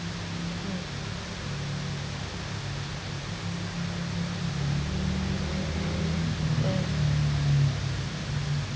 mm mm